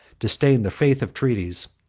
disdained the faith of treaties,